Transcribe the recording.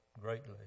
greatly